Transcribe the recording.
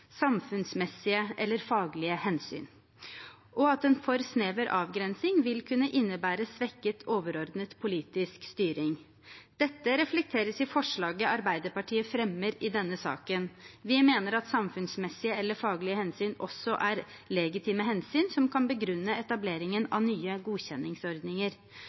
eller faglige hensyn», og at en for snever avgrensing vil kunne innebære svekket overordnet politisk styring. Dette reflekteres i forslaget Arbeiderpartiet fremmer i denne saken. Vi mener at samfunnsmessige eller faglige hensyn også er legitime hensyn som kan begrunne etableringen av nye godkjenningsordninger.